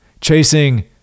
chasing